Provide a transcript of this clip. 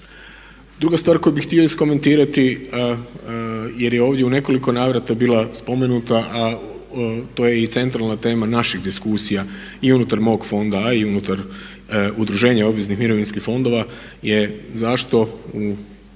Druga stvar koju bih htio iskomentirati jer je ovdje u nekoliko navrata bila spomenuta a to je centralna tema naših diskusija i unutar mog fonda a i unutar udruženja obveznih mirovinskih fondova je zašto u